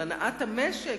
על הנעת המשק,